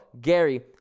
gary